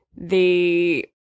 the-